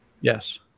Yes